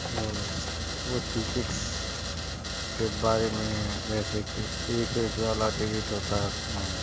وہ اس وہ ٹکٹس کے بارے میں جیسے کہ ایک روپیے والا ٹکٹ ہوتا ہے اس میں